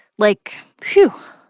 like, whew,